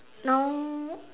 now